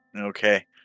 Okay